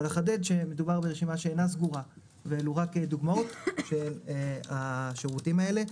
אבל נחדד שמדובר ברשימה שאינה סגורה ואלה רק דוגמאות של השירותים הללו.